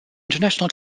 international